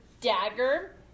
dagger